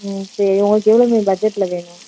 ம் சரி உங்களுக்கு எவ்வளோ பெரிய பட்ஜெட்டில் வேணும்